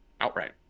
Outright